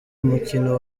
umukino